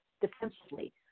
defensively